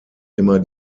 immer